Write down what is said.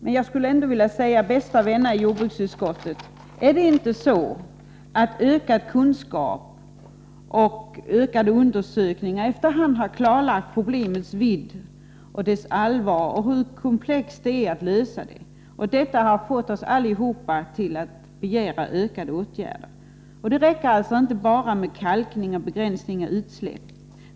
Men är det inte, bästa vänner i jordbruksutskottet, på grund av ökad kunskap och mer omfattande undersökningar som efter hand har klarlagt problemets vidd och allvar och visat hur komplicerat det är att lösa som vi begär ytterligare åtgärder? Det räcker inte med bara kalkning och begränsningar av utsläpp.